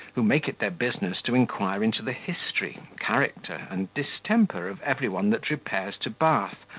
who make it their business to inquire into the history, character, and distemper of every one that repairs to bath,